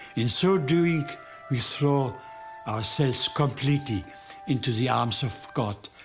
in so doing we throw ourselves completely into the arms of god,